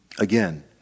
Again